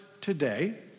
today